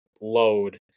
load